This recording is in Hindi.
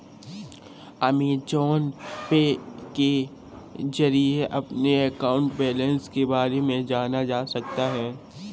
अमेजॉन पे के जरिए अपने अकाउंट बैलेंस के बारे में जाना जा सकता है